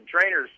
trainers